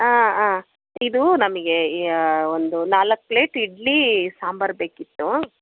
ಹಾಂ ಹಾಂ ಇದು ನಮಗೆ ಒಂದು ನಾಲ್ಕು ಪ್ಲೇಟ್ ಇಡ್ಲಿ ಸಾಂಬಾರು ಬೇಕಿತ್ತು